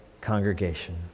congregation